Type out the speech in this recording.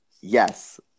Yes